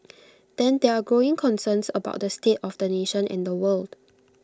then there are growing concerns about the state of the nation and the world